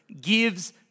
gives